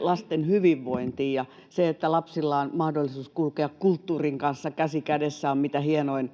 lasten hyvinvointiin, ja se, että lapsilla on mahdollisuus kulkea kulttuurin kanssa käsi kädessä, on mitä hienoin